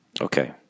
Okay